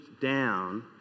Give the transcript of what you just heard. down